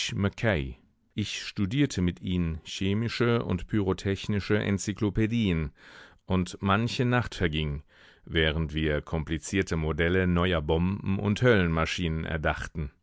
ich studierte mit ihnen chemische und pyrotechnische enzyklopädien und manche nacht verging während wir komplizierte modelle neuer bomben und höllenmaschinen erdachten